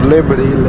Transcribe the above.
Liberty